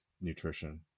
nutrition